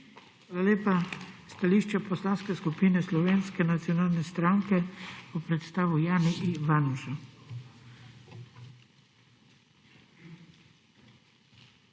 Hvala lepa. Stališče Poslanske skupine Slovenske nacionalne stranke bo predstavil Jani Ivanuša.